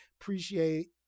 Appreciate